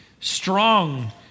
strong